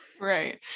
right